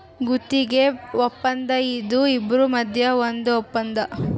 ಗುತ್ತಿಗೆ ವಪ್ಪಂದ ಇದು ಇಬ್ರು ಮದ್ಯ ಒಂದ್ ವಪ್ಪಂದ